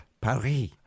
Paris